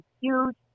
huge